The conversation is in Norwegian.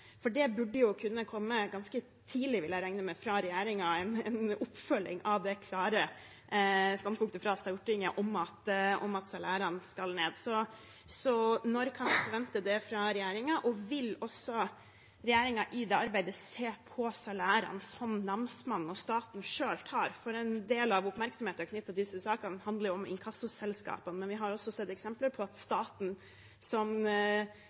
Det burde kunne komme ganske tidlig, vil jeg regne med, fra regjeringen en oppfølging av det klare standpunktet fra Stortinget om at salærene skal ned. Når kan vi forvente det fra regjeringen, og vil regjeringen i det arbeidet også se på salærene som Namsmannen og staten selv tar? En del av oppmerksomheten knyttet til disse sakene handler om inkassoselskaper, men vi har også eksempler på at staten gjennom Namsmannen sitter igjen med en betydelig del av de omkostningene som